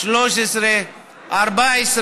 13, 14,